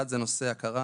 אחד זה נושא ההכרה